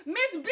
Miss